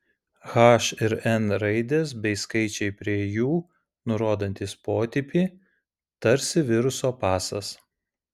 h ir n raidės bei skaičiai prie jų nurodantys potipį tarsi viruso pasas